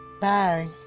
Bye